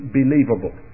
believable